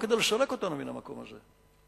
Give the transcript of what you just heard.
או כדי לסלק אותנו מן המקום הזה?